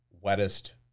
wettest